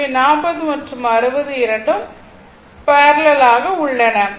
எனவே 40 மற்றும் 60 இரண்டும் பேரலல் ஆக உள்ளன